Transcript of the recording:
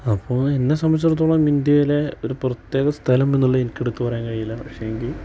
അപ്പോൾ എന്നെ സംബന്ധിച്ചിടത്തോളം ഇന്ത്യയിലെ ഒരു പ്രത്യേക സ്ഥലം എന്നുള്ളത് എനിക്ക് എടുത്ത് പറയാൻ കഴിയില്ല പക്ഷേ